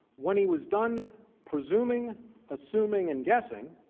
when he was done presuming ah presuming and guessing.